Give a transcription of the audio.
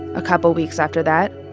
a couple weeks after that,